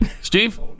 Steve